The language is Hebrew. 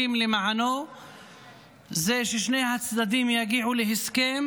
למענו זה ששני הצדדים יגיעו להסכם